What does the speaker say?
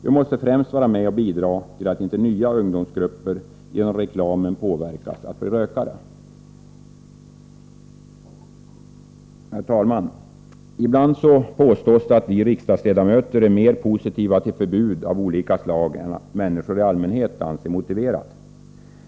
Vi måste främst vara med och bidra till att inte nya undomsgrupper genom reklamen påverkas att bli rökare. Herr talman! Ibland påstås att vi riksdagsledamöter är mer positiva till förbud av olika slag än vad människor i allmänhet anser motiverat.